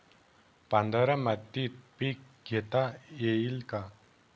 पांढऱ्या मातीत पीक घेता येईल का?